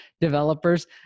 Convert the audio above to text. developers